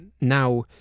now